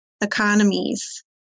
economies